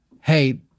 hey